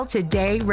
Today